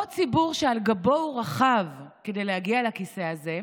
אותו ציבור שעל גבו הוא רכב כדי להגיע לכיסא הזה,